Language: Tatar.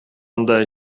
анда